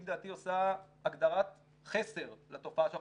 היא לדעתי עושה הגדרת חסר לתופעה שאנחנו